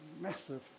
massive